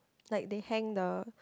like they hang the